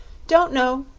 don't know,